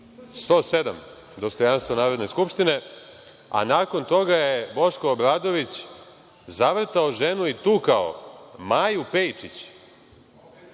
107. – dostojanstvo Narodne skupštine. Nakon toga je Boško Obradović zavrtao ženu i tukao, Maju Pejčić,